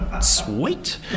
Sweet